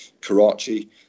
Karachi